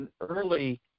early